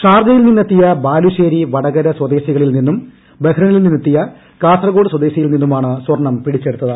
ഷാർജയിൽനിന്ന് എത്തിയ ബാലുശ്ശേരി വടകര സ്വദേശികളിൽ നിന്നും ബഹ്റിനിൽ നിന്ന് എത്തിയ കാസർകോട് സ്വദേശിയിൽ നിന്നുമാണ് സ്വർണ്ണം പിടിച്ചെടുത്തത്